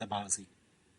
databázy